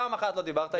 פעם אחת לא דיברת איתי.